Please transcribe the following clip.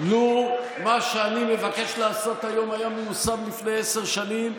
לו מה שאני מבקש לעשות היום היה מיושם לפני עשר שנים,